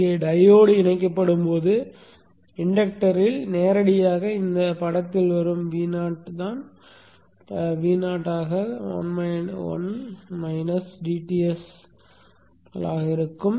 இங்கே டையோடு இணைக்கப்படும்போது இண்டக்டரில் நேரடியாக இந்தப் படத்தில் வரும் Vo தான் Vo ஆக 1 கழித்தல் dTகளாக இருக்கும்